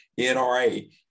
NRA